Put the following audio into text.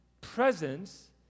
presence